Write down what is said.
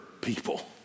people